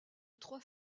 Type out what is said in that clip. trois